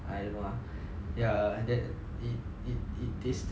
I don't know lah ya that it it it tasted